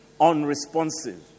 unresponsive